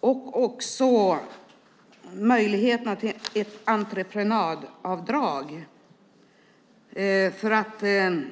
Det gäller också möjligheterna till ett entreprenadavdrag där